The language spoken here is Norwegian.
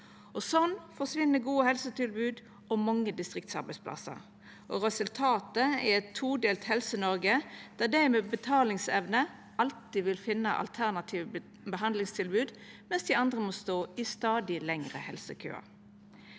Sånn forsvinn gode helsetilbod og mange distriktsarbeidsplassar. Resultatet er eit todelt Helse-Noreg der dei med betalingsevne alltid vil finna alternative behandlingstilbod, mens dei andre må stå i stadig lengre helsekøar.